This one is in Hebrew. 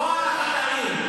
כל החטאים.